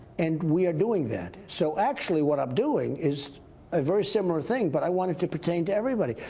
and we're doing that. so actually what i'm doing is a very similar thing, but i want it to pertain to everybody.